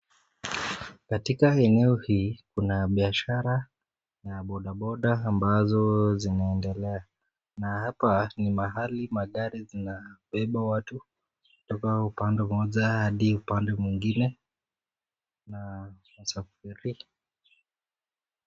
Katika eneo hii kuna biashara na bodaboda ambazo inaendelea na hapa ni mahali magari yanabeba watu kutoka upande mmoja hadi upande mwingine.